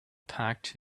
packed